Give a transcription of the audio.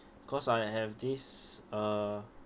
cause I have this uh